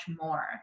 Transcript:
more